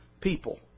people